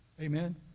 Amen